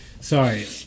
Sorry